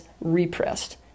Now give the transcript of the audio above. repressed